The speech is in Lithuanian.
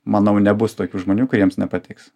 manau nebus tokių žmonių kuriems nepatiks